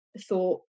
thought